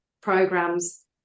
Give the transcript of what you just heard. programs